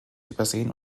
übersehen